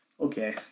Okay